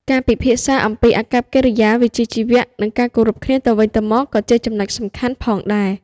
ការពិភាក្សាអំពីអាកប្បកិរិយាវិជ្ជាជីវៈនិងការគោរពគ្នាទៅវិញទៅមកក៏ជាចំណុចសំខាន់ផងដែរ។